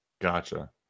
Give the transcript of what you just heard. Gotcha